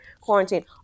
quarantine